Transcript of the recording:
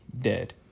dead